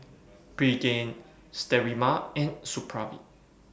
Pregain Sterimar and Supravit